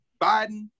Biden